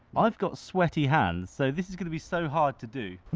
i've got sweaty hands, so this is gonna be so hard to do.